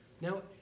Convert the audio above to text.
Now